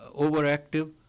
overactive